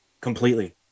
Completely